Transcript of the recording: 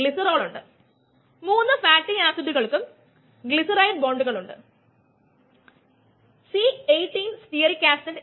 അതിനാൽ k 2 k 3 enzyme substrate കോംപ്ലക്സിലേക്കും plus k 1 enzyme substrate complex S ആയി മാറുന്നു